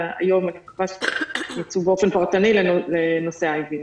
והיום אני מקווה שייצאו באופן פרטני לנושא ה-IVF.